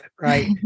right